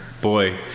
boy